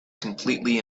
completely